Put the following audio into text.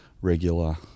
regular